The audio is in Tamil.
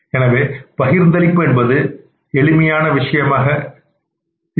எனவே பகிர்ந்தளிப்பு என்பது எளிமையான விஷயமாக இருக்கும்